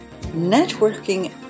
networking